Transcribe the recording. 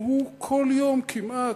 שהוא כל יום כמעט,